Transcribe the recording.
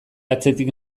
atzetik